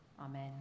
Amen